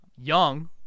Young